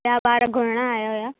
ॿिया ॿार घुरण आया हुया